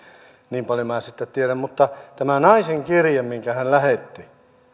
niin paljon minä sitten tiedän mutta tämä naisen kirje minkä hän lähetti